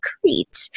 Crete